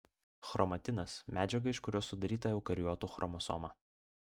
chromatinas medžiaga iš kurios sudaryta eukariotų chromosoma